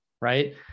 right